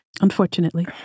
Unfortunately